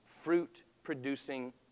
fruit-producing